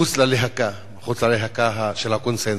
מחוץ ללהקה, מחוץ ללהקה של הקונסנזוס.